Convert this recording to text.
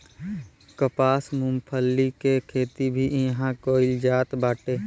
कपास, मूंगफली के खेती भी इहां कईल जात बाटे